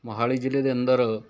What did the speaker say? ਮੋਹਾਲੀ ਜ਼ਿਲ੍ਹੇ ਦੇ ਅੰਦਰ